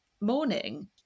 morning